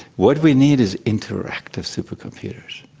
what we need is interactive supercomputers.